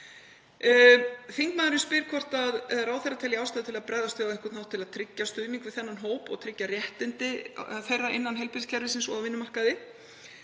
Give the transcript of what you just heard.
Þingmaðurinn spyr hvort ráðherra telji ástæðu til að bregðast við á einhvern hátt til að tryggja stuðning við þennan hóp og tryggja réttindi hans innan heilbrigðiskerfisins og á vinnumarkaði.